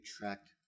attract